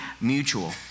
mutual